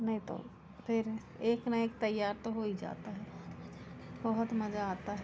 नहीं तो फिर एक ना एक तैयार तो हो ही जाता है बहुत मज़ा आता है